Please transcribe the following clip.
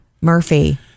Murphy